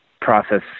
process